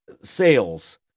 sales